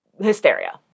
hysteria